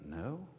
no